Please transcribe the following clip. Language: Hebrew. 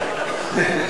בבקשה, אדוני.